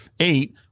Eight